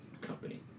company